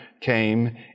came